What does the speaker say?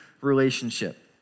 relationship